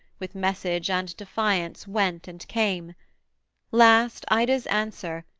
with message and defiance, went and came last, ida's answer,